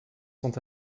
sont